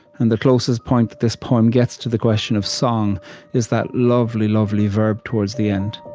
and the closest point that this poem gets to the question of song is that lovely, lovely verb towards the end,